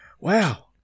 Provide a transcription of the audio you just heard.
wow